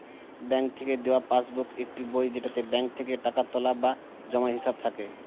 bank থেকে দেওয়া passbook একটি বই যেটাতে ব্যাঙ্ক থেকে টাকা তোলা বা জমার হিসাব থাকে